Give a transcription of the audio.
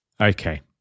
Okay